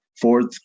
fourth